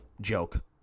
Joke